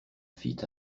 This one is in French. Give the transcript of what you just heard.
fit